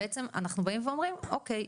עכשיו בעצם אנחנו באים ואומרים "אוקיי,